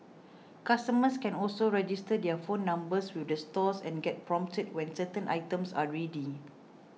customers can also register their phone numbers with the stores and get prompted when certain items are ready